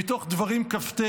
מתוך דברים כ"ט.